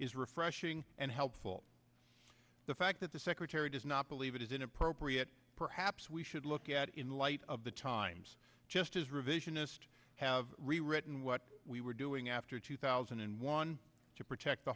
is refreshing and helpful the fact that the secretary does not believe it is inappropriate perhaps we should look at in light of the times just as revisionist have rewritten what we were doing after two thousand and one to protect the